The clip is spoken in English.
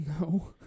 No